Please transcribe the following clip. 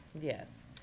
Yes